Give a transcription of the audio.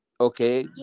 okay